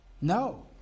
no